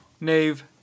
Nave